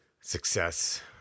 success